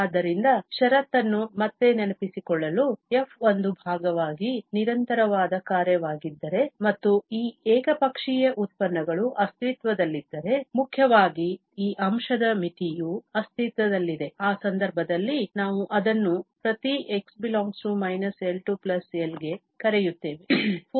ಆದ್ದರಿಂದ ಷರತ್ತನ್ನು ಮತ್ತೆ ನೆನಪಿಸಿಕೊಳ್ಳಲು f ಒಂದು ಭಾಗವಾಗಿ ನಿರಂತರವಾದ ಕಾರ್ಯವಾಗಿದ್ದರೆ ಮತ್ತು ಈ ಏಕಪಕ್ಷೀಯ ಉತ್ಪನ್ನಗಳು ಅಸ್ತಿತ್ವದಲ್ಲಿದ್ದರೆ ಮುಖ್ಯವಾಗಿ ಈ ಅಂಶದ ಮಿತಿಯು ಅಸ್ತಿತ್ವದಲ್ಲಿದೆ ಆ ಸಂದರ್ಭದಲ್ಲಿ ನಾವು ಅದನ್ನು ಪ್ರತಿ x ∈ L L ಗೆ ಕರೆಯುತ್ತೇವೆ